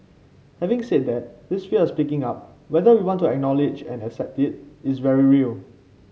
having said that this fear of speaking up whether we want to acknowledge and accept it is very real